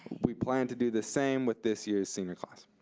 we plan to do the same with this year's senior class.